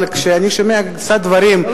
אבל כשאני שומע דברים,